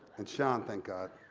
and sean, thank god,